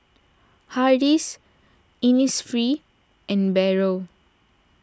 Hardy's Innisfree and Barrel